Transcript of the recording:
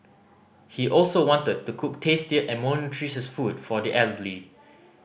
he also wanted to cook tastier and more nutritious food for the elderly